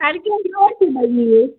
اَدٕ کیٚنٛہہ چھُنہٕ ٲٹھی بَجہِ نِیِو